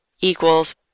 equals